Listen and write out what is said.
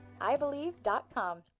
iBelieve.com